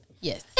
Yes